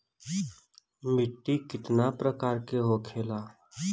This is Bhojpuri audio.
मिट्टी कितना प्रकार के होखेला?